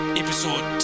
episode